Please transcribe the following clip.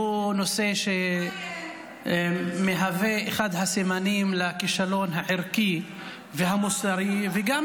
והוא נושא שמהווה אחד הסימנים לכישלון הערכי והמוסרי וגם